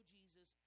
Jesus